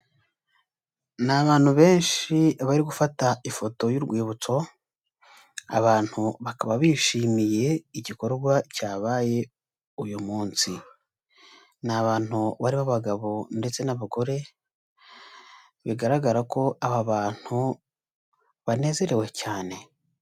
Ni abantu benshi bari gufata ifoto y'urwibutso, abantu bakaba bishimiye igikorwa cyabaye uyu munsi, ni abantu barimo abagabo ndetse n'abagore, bigaragara ko aba bantu banezerewe cyane.